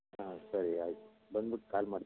ಹಾಂ ಸರಿ ಆಯಿತು ಬಂದ್ಬಿಟ್ಟು ಕಾಲ್ ಮಾಡ್ತೀನಿ